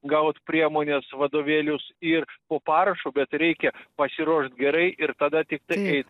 gaut priemones vadovėlius ir po parašu bet reikia pasiruošti gerai ir tada tik tai